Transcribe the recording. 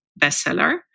bestseller